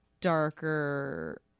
darker